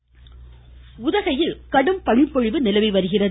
உதகை உதகையில் கடும் பனிப்பொழிவு நிலவிவருகிறது